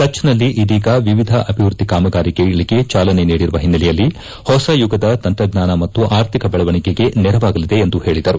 ಕಚ್ನಲ್ಲಿ ಇದೀಗ ವಿವಿಧ ಅಭಿವೃದ್ಧಿ ಕಾಮಗಾರಿಗಳಿಗೆ ಚಾಲನೆ ನೀಡಿರುವ ಹಿನ್ನೆಲೆಯಲ್ಲಿ ಹೊಸ ಯುಗದ ತಂತ್ರಜ್ಞಾನ ಮತ್ತು ಆರ್ಥಿಕ ಬೆಳವಣಿಗೆಗೆ ನೆರವಾಗಲಿದೆ ಎಂದು ಹೇಳಿದರು